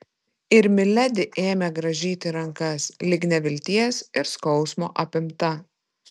ir miledi ėmė grąžyti rankas lyg nevilties ir skausmo apimta